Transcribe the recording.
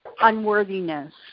unworthiness